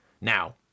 Now